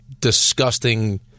disgusting